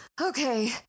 Okay